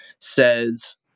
says